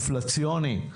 אינפלציוני,